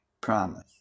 promise